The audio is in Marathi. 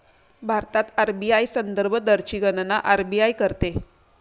भारतात आर.बी.आय संदर्भ दरची गणना आर.बी.आय करते